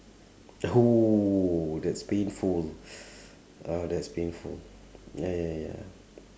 !whoa! that's painful ah that's painful ya ya ya